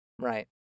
Right